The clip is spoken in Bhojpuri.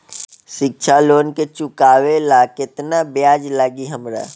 शिक्षा लोन के चुकावेला केतना ब्याज लागि हमरा?